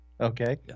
Okay